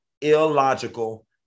illogical